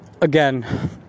again